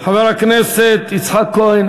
חבר הכנסת יצחק כהן,